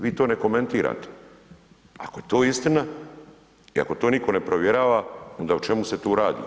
Vi to ne komentirate, ako je to istina i ako to nitko ne provjerava onda o čemu se tu radi?